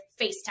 FaceTime